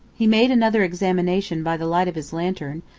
he made another examination by the light of his lantern,